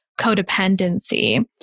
codependency